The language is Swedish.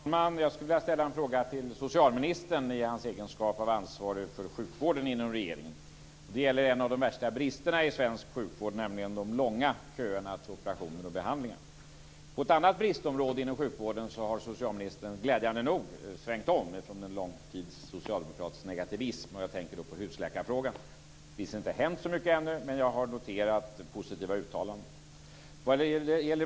Fru talman! Jag skulle vilja ställa en fråga till socialministern i hans egenskap av ansvarig för sjukvården inom regeringen. Det gäller en av de värsta bristerna i svensk sjukvård, nämligen de långa köerna till operationer och behandlingar. På ett annat bristområde inom sjukvården har socialministern glädjande nog svängt om från en lång tids socialdemokratisk negativism. Jag tänker då på husläkarfrågan. Det har visserligen inte hänt så mycket ännu, men jag har noterat positiva uttalanden.